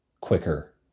quicker